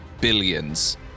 billions